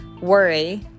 worry